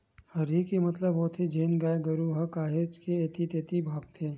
हरही के मतलब होथे जेन गाय गरु ह काहेच के ऐती तेती भागथे